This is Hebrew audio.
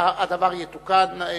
הדבר יתוקן.